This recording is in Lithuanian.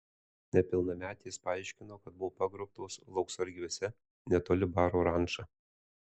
nepilnametės paaiškino kad buvo pagrobtos lauksargiuose netoli baro ranča